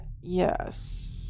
Yes